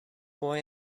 boy